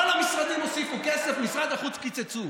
כל המשרדים הוסיפו כסף, משרד החוץ קיצצו.